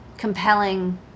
compelling